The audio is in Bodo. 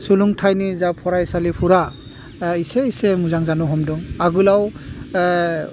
सोलोंथाइनि जा फरायसालिफोरा एह एसे एसे मोजां जानो हमदों आगोलाव